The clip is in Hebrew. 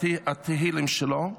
התהילים שלו.